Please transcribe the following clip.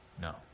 No